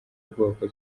ubwoko